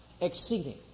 Exceeding